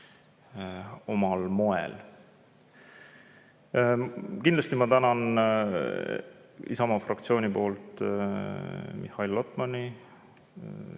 omal moel. Kindlasti ma tänan Isamaa fraktsiooni poolt Mihhail Lotmanit.